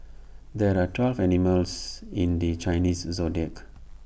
there are twelve animals in the Chinese Zodiac